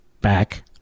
back